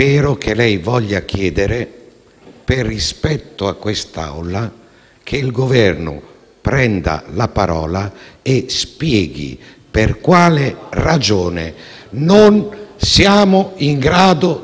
Faccio presente che rappresentanti del Governo, in sede di Commissione bilancio, avevano detto che l'emendamento era pronto